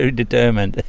ah determined.